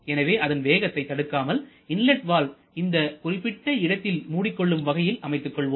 எனவே அதன் வேகத்தை தடுக்காமல் இன்லட் வால்வு இந்த குறிப்பிட்ட இடத்தில் மூடிக்கொள்ளும் வகையில் அமைத்துக் கொள்வோம்